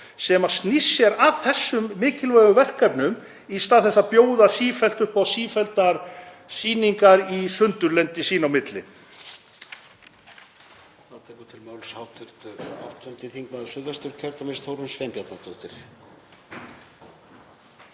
sem snýr sér að þessum mikilvægu verkefnum í stað þess að bjóða upp á sífelldar sýningar á sundurlyndi sín á milli.